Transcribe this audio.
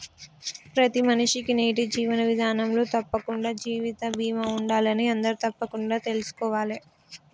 ప్రతి మనిషికీ నేటి జీవన విధానంలో తప్పకుండా జీవిత బీమా ఉండాలని అందరూ తప్పకుండా తెల్సుకోవాలే